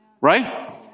Right